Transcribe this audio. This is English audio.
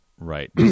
Right